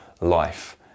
life